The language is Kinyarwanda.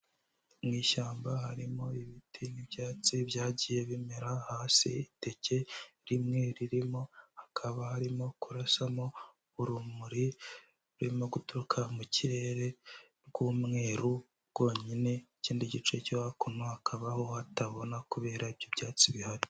Mu ishyamba harimo ibiti n'ibyatsi byagiye bimera hasi, iteke rimwe ririmo, hakaba harimo kurasamo urumuri rurimo guturuka mu kirere rw'umweru rwonyine, ikindi gice cyo hakuno hakaba ho hatabona kubera ibyo ibyatsi bihari.